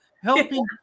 helping